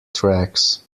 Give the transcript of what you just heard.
tracks